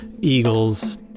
eagles